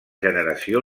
generació